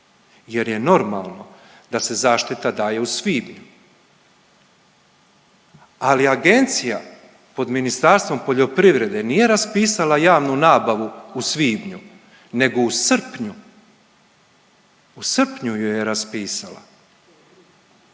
jer je normalno da se zaštita dalje u svibnju, ali agencija pod Ministarstvom poljoprivrede nije raspisala javnu nabavu u svibnju, nego u srpnju, u srpnju ju je raspisala